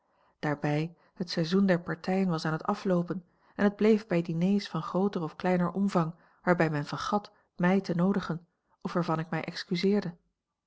daarbij het seizoen der partijen was aan het afloopen en het bleef bij diners van grooter of kleiner omvang waarbij men vergat mij te noodigen of waarvan ik mij excuseerde